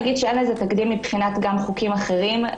אין לזה תקדים מבחינת חוקים אחרים,